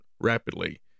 rapidly